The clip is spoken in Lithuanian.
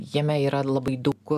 jame yra labai daug